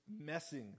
messing